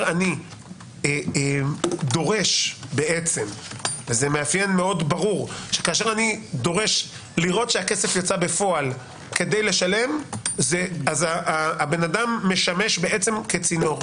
אני דורש לראות שהכסף יצא בפועל כדי לשלם אז הבן אדם משמש צינור.